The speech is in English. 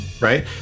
Right